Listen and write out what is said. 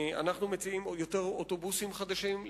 אנחנו מציעים יותר אוטובוסים חדשים,